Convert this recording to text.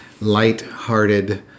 light-hearted